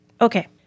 okay